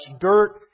dirt